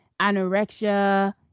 anorexia